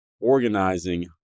organizing